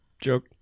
joke